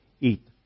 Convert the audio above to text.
eat